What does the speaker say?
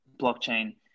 blockchain